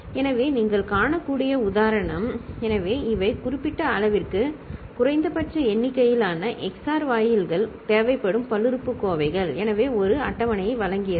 எனவே நீங்கள் காணக்கூடிய உதாரணம் எனவே இவை ஒரு குறிப்பிட்ட அளவிற்கு குறைந்தபட்ச எண்ணிக்கையிலான எக்ஸ்ஓஆர் வாயில்கள் தேவைப்படும் பல்லுறுப்புக்கோவைகள் எனவே ஒரு அட்டவணையை வழங்கியது